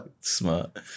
Smart